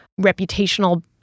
reputational